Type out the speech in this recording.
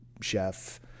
chef